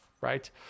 right